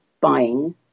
buying